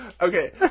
Okay